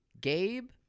Gabe